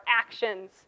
actions